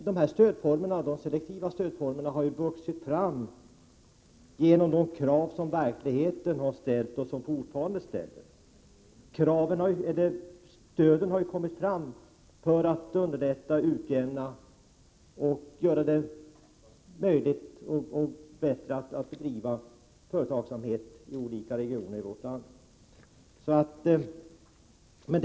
De selektiva stödformerna har ju vuxit fram till följd av de krav som verkligheten har ställt och fortfarande ställer. Stödet har 7n Prot. 1987/88:127 kommit till för att underlätta och utjämna och för att göra det möjligt att bedriva företagsamhet i olika regioner i vårt land.